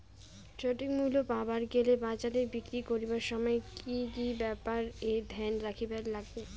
সঠিক মূল্য পাবার গেলে বাজারে বিক্রি করিবার সময় কি কি ব্যাপার এ ধ্যান রাখিবার লাগবে?